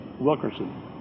Wilkerson